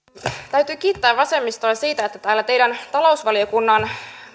täytyy kiittää vasemmistoa siitä että täällä teidän talousvaliokunnan